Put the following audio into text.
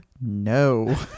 no